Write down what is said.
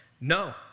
no